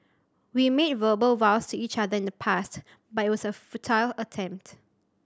we made verbal vows to each other in the past but it was a futile attempt